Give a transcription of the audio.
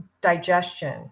digestion